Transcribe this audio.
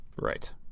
right